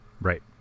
Right